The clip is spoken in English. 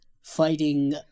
fighting